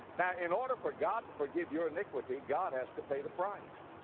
now in order for god to forgive your iniquity, god has to pay the price.